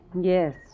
Yes